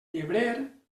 llebrer